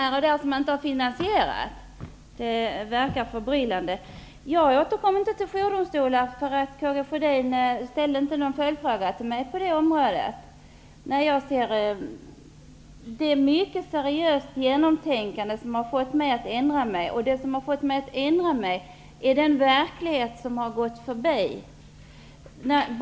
Jag återkom inte till frågan om jourdomstolar, för Karl Gustaf Sjödin ställde inte någon följdfråga till mig på det området. Det är ett mycket seriöst tänkande som har fått mig att ändra mig, och det avgörande har då varit att verkligheten har gått förbi oss.